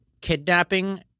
kidnapping